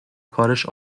کارش